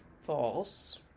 false